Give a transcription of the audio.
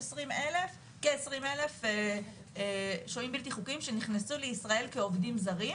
יש כ-20,000 שוהים בלתי חוקיים שנכנסו לישראל כעובדים זרים,